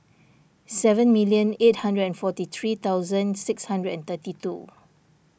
seven million eight hundred and forty three thousand six hundred and thirty two